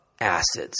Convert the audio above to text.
acids